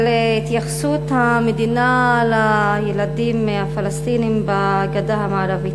על התייחסות המדינה לילדים הפלסטינים בגדה המערבית.